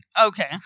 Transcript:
Okay